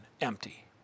empty